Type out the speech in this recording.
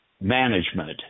management